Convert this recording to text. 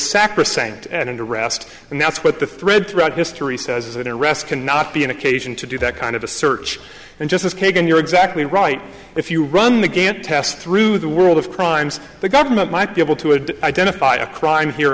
sacrosanct and arrest and that's what the thread throughout history says it arrest cannot be an occasion to do that kind of a search and justice kagan you're exactly right if you run the gantt test through the world of crimes the government might be able to admit identified a crime here